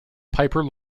piper